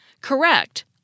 Correct